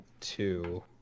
two